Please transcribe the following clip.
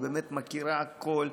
מכירה הכול,